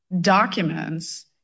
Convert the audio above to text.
documents